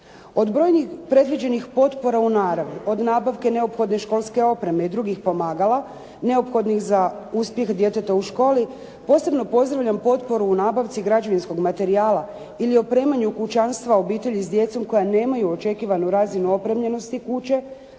Od brojnih predviđenih potpora u naravi, od nabavke neophodne školske opreme i drugih pomagala neophodnih za uspjeh djeteta u školi, posebno pozdravljam potporu u nabavi građevinskog materijala ili opremanju kućanstva obitelji s djecom koja nemaju očekivanu razinu opremljenosti kuće,